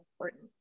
important